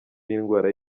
y’indwara